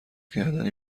گردنی